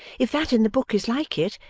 if that in the book is like it,